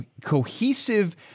cohesive